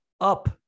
up